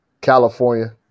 California